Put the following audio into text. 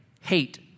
hate